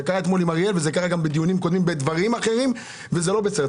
זה קרה אתמול עם אריאל וגם בדיונים קודמים בדברים אחרים וזה לא בסדר.